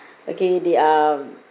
okay they are